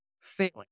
failing